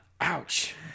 Ouch